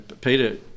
Peter